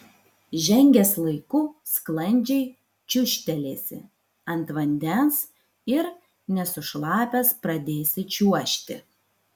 žengęs laiku sklandžiai čiūžtelėsi ant vandens ir nesušlapęs pradėsi čiuožti